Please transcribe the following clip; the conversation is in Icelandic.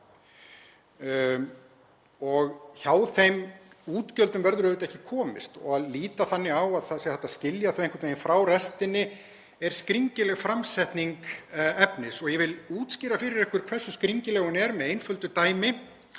og hjá þeim útgjöldum verður auðvitað ekki komist. Það að líta þannig á að það sé hægt að skilja þau einhvern veginn frá restinni er skringileg framsetning efnis. Ég vil útskýra fyrir ykkur hversu skringileg hún er með einföldu dæmi.